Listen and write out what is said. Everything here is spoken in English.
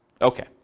Okay